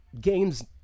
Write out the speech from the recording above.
Games